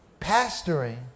Pastoring